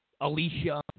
Alicia